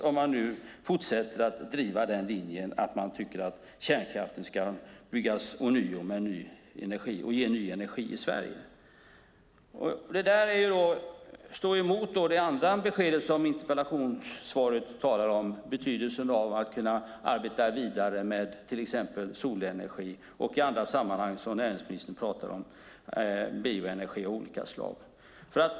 Om man fortsätter att driva linjen att kärnkraften ska byggas på nytt och ge ny energi i Sverige kan det inte vara någon parentes. Detta står emot det andra besked interpellationssvaret talar om, nämligen betydelsen av att kunna arbeta vidare med till exempel solenergi och i andra sammanhang, som näringsministern pratar om, bioenergi av olika slag.